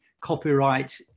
copyright